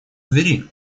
двери